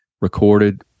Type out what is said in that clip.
recorded